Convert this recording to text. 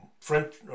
French